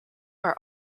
are